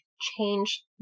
change